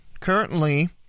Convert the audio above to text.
currently